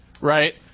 right